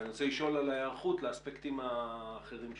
אני רוצה לשאול על ההיערכות לאספקטים האחרים שלו.